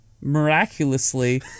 miraculously